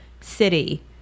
city